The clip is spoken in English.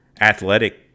athletic